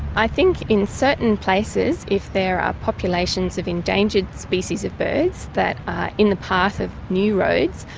i think in certain places if there are populations of endangered species of birds that are in the path of new roads,